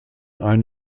ein